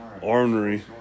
Armory